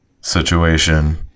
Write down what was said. situation